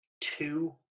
Two